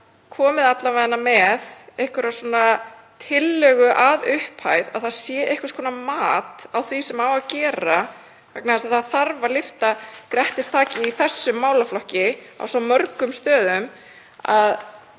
komið með einhverja tillögu að upphæð, að einhvers konar mat sé gert á því sem á að gera, vegna þess að það þarf að lyfta grettistaki í þessum málaflokki á svo mörgum stöðum, að